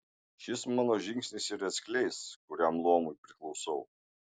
šis mano žingsnis ir atskleis kuriam luomui priklausau